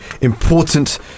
important